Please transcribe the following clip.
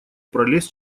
пролез